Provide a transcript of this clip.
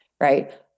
Right